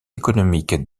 économiques